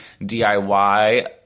DIY